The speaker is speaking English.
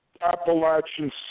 Appalachian